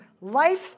life